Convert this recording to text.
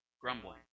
grumbling